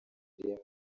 ireme